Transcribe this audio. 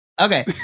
okay